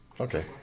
Okay